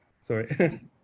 sorry